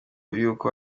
yuko